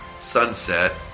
Sunset